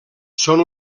són